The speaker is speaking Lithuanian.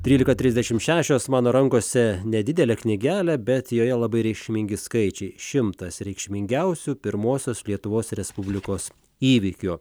trylika trisdešimt šešios mano rankose nedidelę knygelę bet joje labai reikšmingi skaičiai šimtas reikšmingiausių pirmosios lietuvos respublikos įvykių